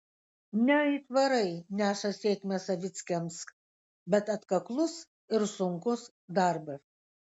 ne aitvarai neša sėkmę savickiams bet atkaklus ir sunkus darbas